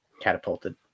Catapulted